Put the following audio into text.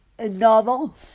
novel